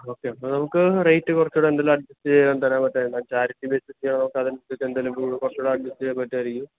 okay അപ്പം നമുക്ക് rate കുറച്ചുകൂടെ എന്തെങ്കിലും അഡ്ജസ്റ്റ് ചെയ്ത് തരാൻ പറ്റുമായിരിക്കും ചാരിറ്റി ബേസ്ഡ് നമുക്ക് അതനുസരിച്ച് എന്തെങ്കിലും കുറച്ചുകൂടെ അഡ്ജസ്റ്റ് ചെയ്യാൻ പറ്റുമായിരിക്കും